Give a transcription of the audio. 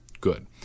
Good